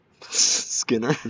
Skinner